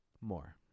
more